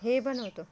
हे बनवतो